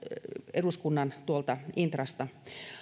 tuolta eduskunnan intrasta